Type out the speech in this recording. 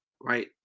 right